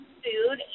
food